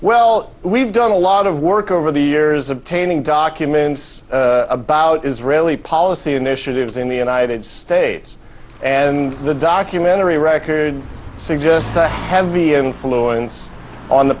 well we've done a lot of work over the years obtaining documents about israeli policy initiatives in the united states and the documentary record suggests a heavy influence on the